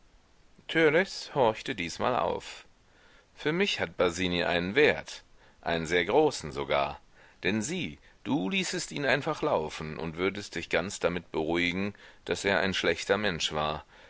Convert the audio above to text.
horchte diesmal auf für mich hat basini einen wert einen sehr großen sogar denn sieh du ließest ihn einfach laufen und würdest dich ganz damit beruhigen daß er ein schlechter mensch war